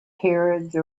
carriage